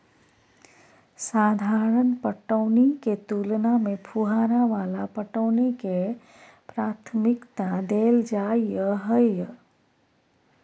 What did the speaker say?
साधारण पटौनी के तुलना में फुहारा वाला पटौनी के प्राथमिकता दैल जाय हय